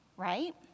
right